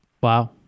Wow